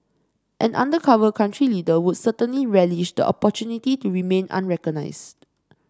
an undercover country leader would certainly relish the opportunity to remain unrecognised